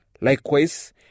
Likewise